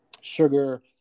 sugar